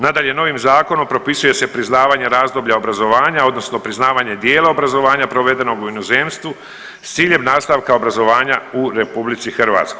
Nadalje, novim zakonom propisuje se priznavanje razdoblja obrazovanja odnosno priznavanje dijela obrazovanja provedenog u inozemstvu s ciljem nastavka obrazovanja u RH.